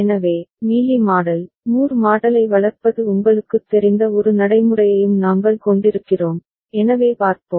எனவே Mealy model Moore மாடலை வளர்ப்பது உங்களுக்குத் தெரிந்த ஒரு நடைமுறையையும் நாங்கள் கொண்டிருக்கிறோம் எனவே பார்ப்போம்